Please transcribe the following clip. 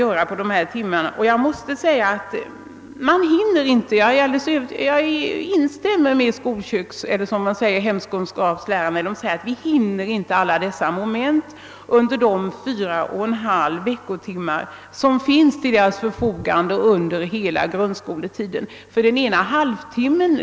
Jag har här framhållit en mängd moment som skall behandlas i hemkunskapen, och jag instämmer med hemkunskapslärarna som säger att de inte hinner gå igenom alla dessa moment under de fyra och en halv veckotimmar som finns till deras förfogande under hela grundskoletiden.